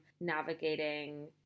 navigating